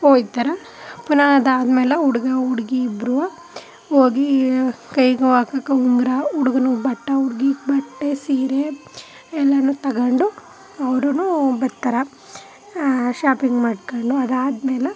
ಹೋಗ್ತಾರ ಪುನಃ ಅದಾದ್ಮೇಲೆ ಹುಡ್ಗ ಹುಡ್ಗಿ ಇಬ್ರೂ ಹೋಗಿ ಕೈಗೋ ಹಾಕೋಕೆ ಉಂಗುರ ಹುಡ್ಗನ್ಗೆ ಬಟ್ಟೆ ಹುಡ್ಗಿಗೆ ಬಟ್ಟೆ ಸೀರೆ ಎಲ್ಲನೂ ತಗೊಂಡು ಅವ್ರೂ ಬರ್ತಾರೆ ಶಾಪಿಂಗ್ ಮಾಡ್ಕೊಂಡು ಅದಾದ್ಮೇಲೆ